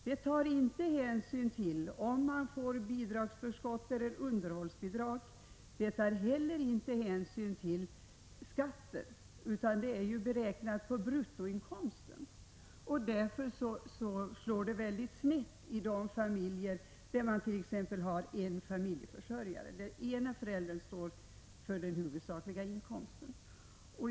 Det tar inte hänsyn till om man får bidragsförskott eller underhållsbidrag. Det tar heller inte hänsyn till skatter, utan det är beräknat på bruttoinkomsten. Därför slår det väldigt snett i de familjer där man t.ex. har bara en familjeförsörjare eller där den ena föräldern står för den huvudsakliga inkomsten.